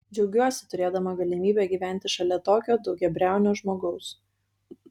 džiaugiuosi turėdama galimybę gyventi šalia tokio daugiabriaunio žmogaus